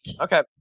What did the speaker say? Okay